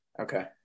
Okay